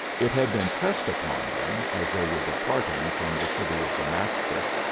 it had been pressed upon them, as they were departing from the city of damascus,